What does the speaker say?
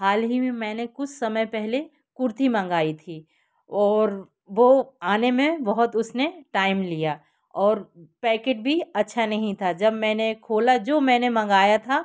हाल ही मे मैंने कुछ समय पहले कुर्ती मंगाई थी और वो आने में बहुत उसने टाइम लिया और पैकिट भी अच्छा नहीं था जब मैंने खोला जो मैंने मंगाया था